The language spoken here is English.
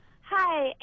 Hi